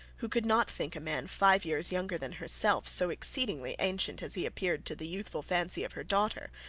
who could not think a man five years younger than herself, so exceedingly ancient as he appeared to the youthful fancy of her daughter,